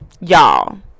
Y'all